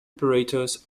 operators